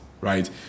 right